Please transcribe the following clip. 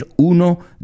uno